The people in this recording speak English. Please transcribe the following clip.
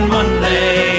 Monday